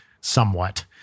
somewhat